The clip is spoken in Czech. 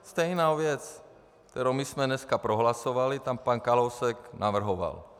Stejnou věc, kterou my jsme dnes prohlasovali, pan Kalousek navrhoval.